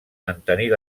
mantenir